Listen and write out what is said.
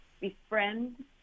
befriend